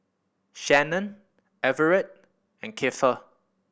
Shannon Everett and Keifer